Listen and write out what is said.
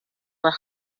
were